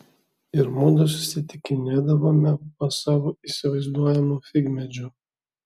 ir mudu susitikinėdavome po savo įsivaizduojamu figmedžiu